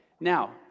Now